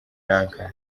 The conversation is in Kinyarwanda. lanka